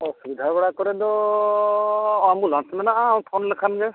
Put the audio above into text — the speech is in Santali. ᱚᱥᱩᱵᱤᱫᱟ ᱵᱟᱲᱟ ᱠᱚᱨᱮᱜ ᱫᱚ ᱮᱢᱵᱩᱞᱮᱱᱥ ᱢᱮᱱᱟᱜᱼᱟ ᱯᱷᱳᱱ ᱞᱮᱠᱷᱟᱱ ᱜᱮ